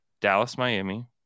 Dallas-Miami